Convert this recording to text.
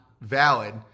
valid